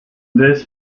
this